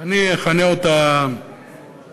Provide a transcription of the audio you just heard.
שאכנה אותה